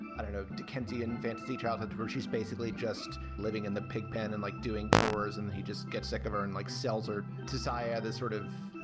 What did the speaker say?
i don't know, dickensian fantasy childhood where she's basically just living in the pig pen and like doing chores and he just gets sick of her and like cells or desire this sort of,